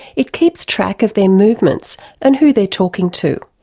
it keeps track of their movements and who they're talking to,